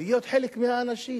להיות חלק מהאנשים,